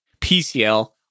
PCL